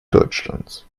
deutschlands